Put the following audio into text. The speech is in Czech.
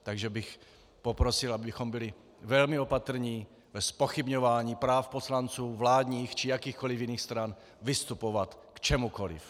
Takže bych poprosil, abychom byli velmi opatrní ve zpochybňování práv poslanců vládních či jakýchkoliv jiných stran vystupovat k čemukoliv.